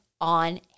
on